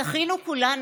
זכינו כולנו,